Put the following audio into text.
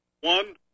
One